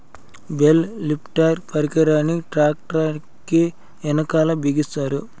bale lifter పరికరాన్ని tractor కీ వెనకాల బిగిస్తారు